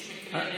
יש מקרי רצח,